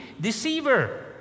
deceiver